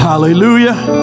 hallelujah